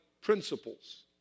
principles